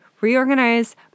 reorganize